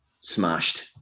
smashed